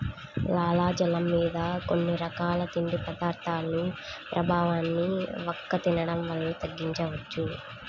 లాలాజలం మీద కొన్ని రకాల తిండి పదార్థాల ప్రభావాన్ని వక్క తినడం వల్ల తగ్గించవచ్చు